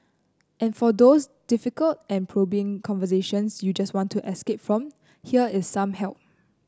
and for those difficult and probing conversations you just want to escape from here is some help